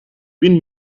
vint